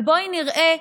אבל בואי נראה,